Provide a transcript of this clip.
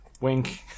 Wink